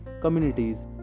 communities